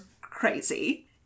crazy